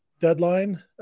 deadline